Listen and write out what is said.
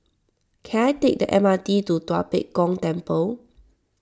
can I take the M R T to Tua Pek Kong Temple